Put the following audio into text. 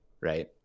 right